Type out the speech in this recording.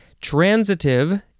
Transitive